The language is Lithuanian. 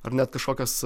ar net kažkokios